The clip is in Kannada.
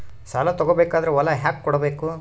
ಸಾಲ ತಗೋ ಬೇಕಾದ್ರೆ ಹೊಲ ಯಾಕ ಕೊಡಬೇಕು?